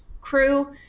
crew